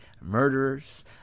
murderers